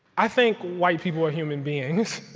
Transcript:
i think white people are human beings,